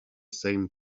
same